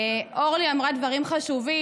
אורלי אמרה דברים חשובים,